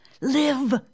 live